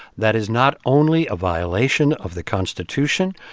that is not only a violation of the constitution,